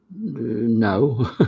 no